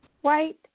white